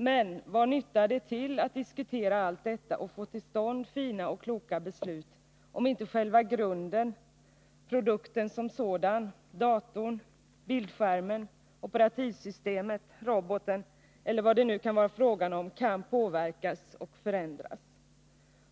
Men vad nyttar det till att diskutera allt detta och få till stånd fina och kloka beslut, om inte själva grunden — produkten som sådan: datorn, bildskärmen, operativsystemet, roboten eller vad det nu kan vara fråga om — kan påverkas och förändras